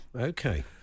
Okay